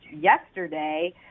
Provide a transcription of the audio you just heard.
yesterday